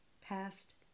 past